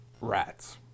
Rats